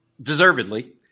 Deservedly